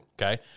Okay